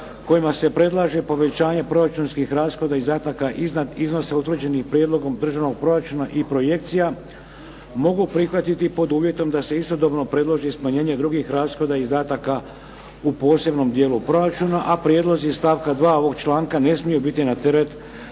kojima se predlaže povećanje proračunskih rashoda i izdataka iznad iznosa utvrđenih prijedlogom državnog proračuna i projekcija. Mogu prihvatiti pod uvjetom da se istodobno predloži smanjenje drugih rashoda i izdataka u posebnom dijelu proračuna a prijedlozi iz stavka 2. ovoga članka ne smije biti na teret